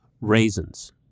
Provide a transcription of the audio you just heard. raisins